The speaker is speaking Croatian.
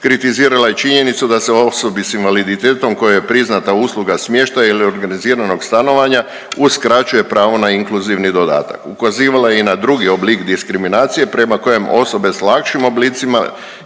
kritizirala je i činjenicu da se osobi sa invaliditetom kojoj je priznata usluga smještaja ili organiziranog stanovanja uskraćuje pravo na inkluzivni dodatak. Ukazivala je i na drugi oblik diskriminacije prema kojem osobe sa lakšim oblicima